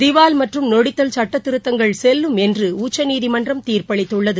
திவால் மற்றும் நொடித்தல் சுட்டத்திருத்தங்கள் செல்லும் என்று உச்சநீதிமன்றம் தீர்ப்பளித்துள்ளது